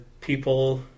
people